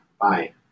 bye